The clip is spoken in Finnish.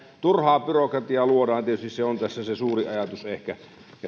turhaa byrokratiaa luodaan tietysti se on tässä se suurin ajatus ehkä